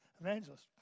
evangelist